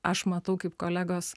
aš matau kaip kolegos